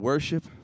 worship